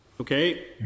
Okay